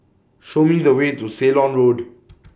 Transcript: Show Me The Way to Ceylon Road